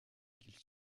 qu’il